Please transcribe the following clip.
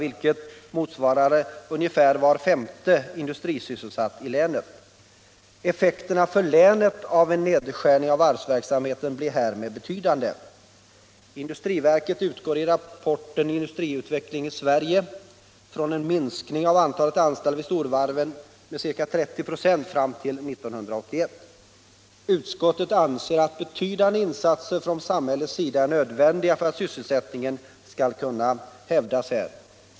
Industriverket utgår i rapporten Industriutvecklingen i Sverige från en minskning av antalet anställda vid storvarven med ca 30 ?6 fram till år 1981. Utskottet anser att betydande insatser från samhällets sida är nödvändiga för att sysselsättningen skall kunna hävdas här.